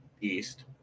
East